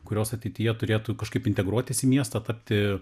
kurios ateityje turėtų kažkaip integruotis į miestą tapti